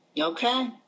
Okay